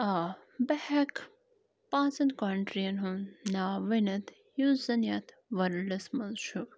آ بہٕ ہٮ۪کہٕ پانٛژَن کنٹرٛیٖیَن ہُنٛد ناو ؤنِتھ یُس زَن یَتھ ورلڈَس منٛز چھُ